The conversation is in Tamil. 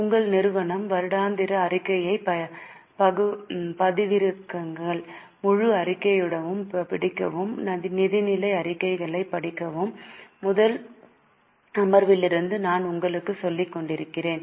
உங்கள் நிறுவனம் வருடாந்திர அறிக்கையைப் பதிவிறக்குங்கள் முழு அறிக்கையையும் படிக்கவும் நிதிநிலை அறிக்கைகளைப் படிக்கவும் முதல் அமர்விலிருந்து நான் உங்களுக்குச் சொல்லிக்கொண்டிருக்கிறேன்